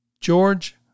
George